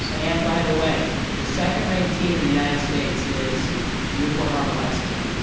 so and by the way, the second ranked team in the united states is newport harbor high school.